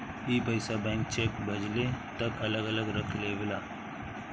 ई पइसा bank cheque भजले तक अलग रख लेवेला